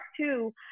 two